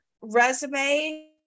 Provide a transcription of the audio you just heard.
resume